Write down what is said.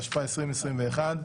התשפ"א-2021,